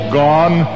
gone